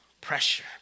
Pressure